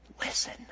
listen